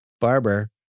barber